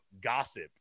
gossip